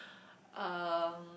um